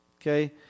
okay